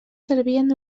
servien